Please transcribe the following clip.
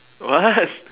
what